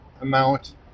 amount